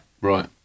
right